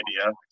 idea